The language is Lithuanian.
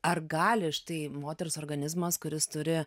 ar gali štai moters organizmas kuris turi